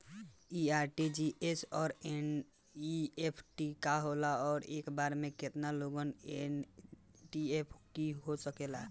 इ आर.टी.जी.एस और एन.ई.एफ.टी का होला और एक बार में केतना लोगन के एन.ई.एफ.टी हो सकेला?